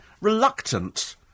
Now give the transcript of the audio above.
reluctant